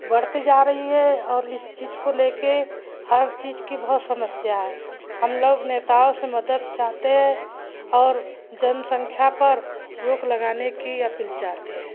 बढ़ते जा रही है और इस चीज़ को लेकर हर चीज़ की बहुत समस्या है हम लोग नेताओं से मदद चाहते हैं और जनसंख्या पर रोक लगाने की अपील चाहते हैं